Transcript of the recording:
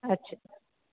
अच